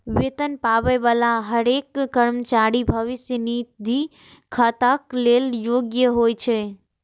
वेतन पाबै बला हरेक कर्मचारी भविष्य निधि खाताक लेल योग्य होइ छै